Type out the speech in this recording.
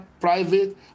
private